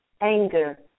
anger